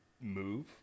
move